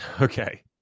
Okay